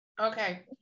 Okay